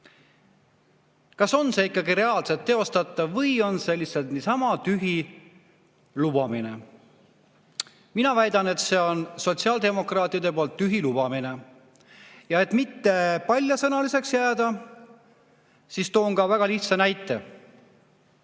Kas see on reaalselt teostatav või on see lihtsalt niisama tühi lubamine? Mina väidan, et see on sotsiaaldemokraatide tühi lubamine. Ja et mitte paljasõnaliseks jääda, toon ma väga lihtsa näite.